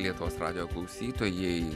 lietuvos radijo klausytojai